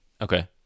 Okay